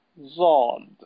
Zod